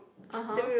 (uh huh)